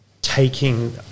taking